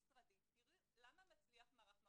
למה מצליח מערך מאו"ר?